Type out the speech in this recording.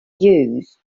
used